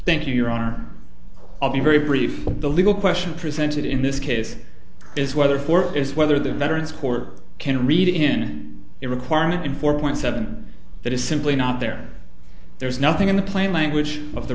thank you your honor all be very brief but the legal question presented in this case is whether four is whether the veterans court can read in a requirement in four point seven that is simply not there there is nothing in the plain language of the